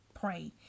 pray